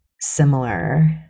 similar